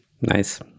Nice